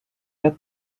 ряд